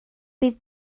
bydd